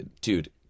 dude